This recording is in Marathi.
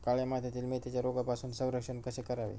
काळ्या मातीतील मेथीचे रोगापासून संरक्षण कसे करावे?